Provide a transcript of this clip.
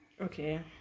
okay